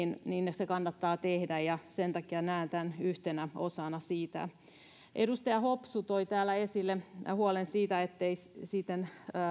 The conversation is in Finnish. kannattaa tehdä ja sen takia näen tämän yhtenä osana sitä edustaja hopsu toi täällä esille huolen siitä ettei sitten